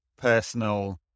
Personal